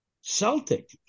Celtic